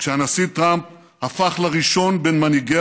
כשהנשיא טראמפ הפך לראשון בין מנהיגי